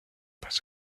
pas